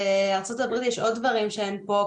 בארצות הברית יש עוד דברים שאין פה,